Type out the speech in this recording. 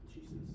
Jesus